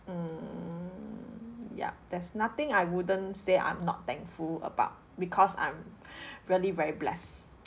mm yup there's nothing I wouldn't say I'm not thankful about because I'm really very blessed